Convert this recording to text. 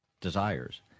desires